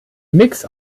mix